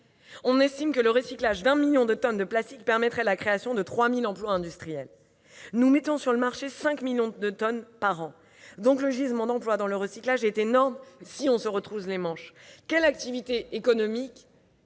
on estime que le recyclage d'un million de tonnes de plastique permettrait la création de 3 000 emplois industriels. Nous mettons sur le marché 5 millions de tonnes de plastique par an. Le gisement d'emplois dans le recyclage est donc énorme, dès lors qu'on se retrousse les manches. Quelle activité économique